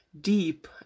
deep